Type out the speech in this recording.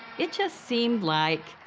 it just seemed like,